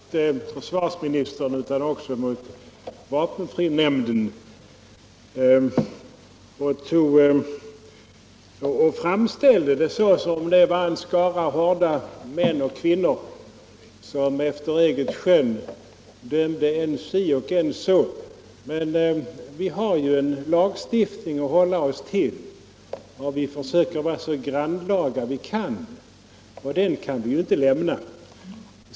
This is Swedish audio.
Herr talman! Herr Ekinge var syrlig, inte bara mot försvarsministern utan också mot vapenfrinämnden och framställde den som om den bestod av en skara hårda män och kvinnor som efter eget skön dömde än si, än så. Men vi har en lagstiftning att hålla oss till och den kan vi ju inte lämna, fast vi försöker vara så grannlaga vi kan.